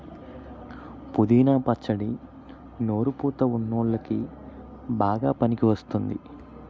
పుదీనా పచ్చడి నోరు పుతా వున్ల్లోకి బాగా పనికివస్తుంది